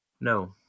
No